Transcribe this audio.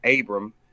Abram